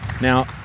Now